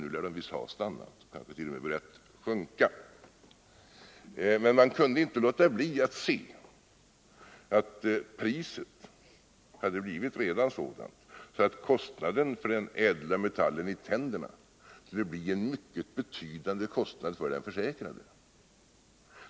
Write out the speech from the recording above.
Nu lär de visst ha stannat, och de har kanske t.o.m. börjat sjunka. Man kunde inte undgå att se att priset redan hade blivit sådant att kostnaden för den ädla metallen i tänderna skulle bli en mycket betydande kostnad för den försäkrade.